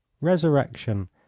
Resurrection